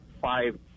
five